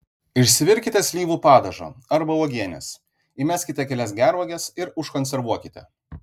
išsivirkite slyvų padažo arba uogienės įmeskite kelias gervuoges ir užkonservuokite